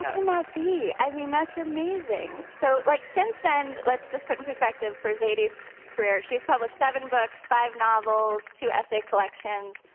and that be? i mean, that's amazing. so, like, since then, let's just put in perspective for zadie's career. she's published seven books, five novels, two essay collections,